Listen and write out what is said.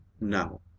now